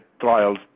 trials